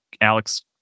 Alex